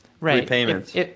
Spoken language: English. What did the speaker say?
repayments